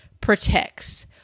protects